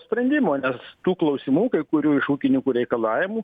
sprendimo nes tų klausimų kai kurių iš ūkininkų reikalavimų